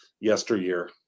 yesteryear